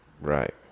Right